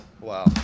Wow